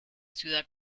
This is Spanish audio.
ciudad